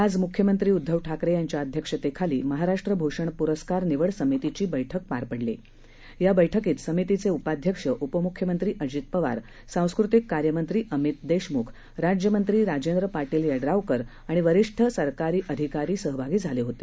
आज मुख्यमंत्री उद्धव ठाकरे यांच्या अध्यक्षतेखाली महाराष्ट्र भूषण पुरस्कार निवड समितीची बैठक पार पडली या बैठकीत समितीचे उपाध्यक्ष उपमुख्यमंत्री अजित पवार सांस्कृतिक कार्य मंत्री अमित विलासराव देशमुख राज्यमंत्री राजेंद्र पाटील यड्रावकर आणि वरीष्ठ सरकारी सहभागी झाले होते